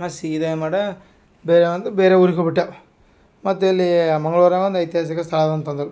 ಮತ್ತು ಸೀದಾ ಏನ್ಮಾಡಿದ್ಯಾ ಬೆ ಅಂದು ಬೇರೆ ಊರಿಗ್ ಹೋಗ್ಬಿಟ್ಟೆವು ಮತ್ತು ಎಲ್ಲಿ ಆ ಮಂಗ್ಳೂರಾಗೆ ಒಂದು ಐತಿಹಾಸಿಕ ಸ್ಥಳ ಅದ ಅಂತಂದರು